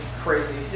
crazy